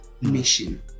mission